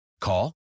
Call